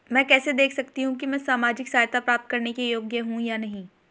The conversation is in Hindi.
मैं कैसे देख सकती हूँ कि मैं सामाजिक सहायता प्राप्त करने के योग्य हूँ या नहीं?